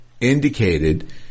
indicated